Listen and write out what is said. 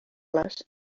les